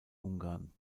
ungarn